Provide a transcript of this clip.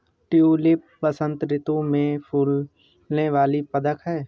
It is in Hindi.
ट्यूलिप बसंत ऋतु में फूलने वाला पदक है